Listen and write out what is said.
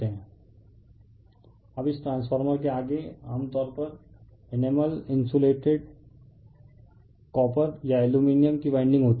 refer slide time 2008 अब इस transformer के आगे आमतौर पर इनेमल इंसुलेटेड कॉपर या एल्यूमीनियम की वाइंडिंग होती है